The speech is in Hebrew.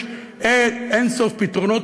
יש אין-סוף פתרונות,